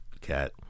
cat